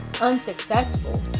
unsuccessful